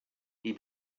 die